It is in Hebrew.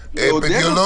שצריך לעודד אותו,